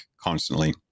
constantly